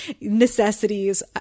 necessities